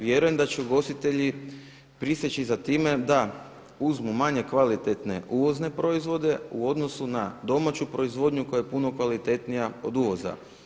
Vjerujem da će ugostitelji priseći za time da uzmu manje kvalitetne uvozne proizvode u odnosu na domaću proizvodnju koja je puno kvalitetnija od uvoza.